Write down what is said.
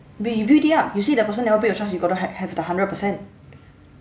we build it up you say that person never break your trust you got to have have the hundred percent